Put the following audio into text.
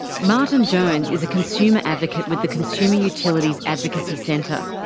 martin jones is a consumer advocate with the consumer utilities advocacy centre.